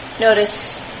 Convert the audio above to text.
Notice